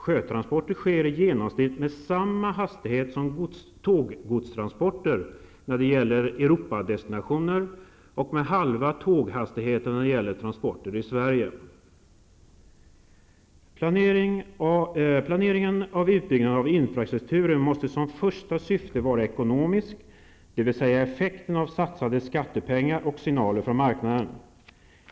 Sjötransporter sker i genomsnitt med samma hastighet som tåggodstransporter när det gäller Europadestinationer och med halva tåghastigheten när det gäller transporter i Planeringen av utbyggnaden av infrastrukturen måste som första syfte vara ekonomisk, dvs. gälla effekten av satsade skattepengar och signaler från marknaden.